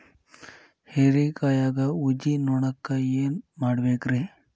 ಹೇರಿಕಾಯಾಗ ಊಜಿ ನೋಣಕ್ಕ ಏನ್ ಮಾಡಬೇಕ್ರೇ?